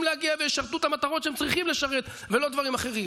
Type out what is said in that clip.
להגיע וישרתו את המטרות שהם צריכים לשרת ולא דברים אחרים.